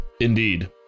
Indeed